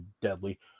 deadly